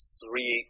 three